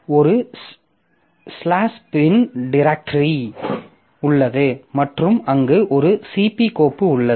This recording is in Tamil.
ஒரு ஸ்லாஷ் பின் டிரேக்டரி உள்ளது மற்றும் அங்கு ஒரு CP கோப்பு உள்ளது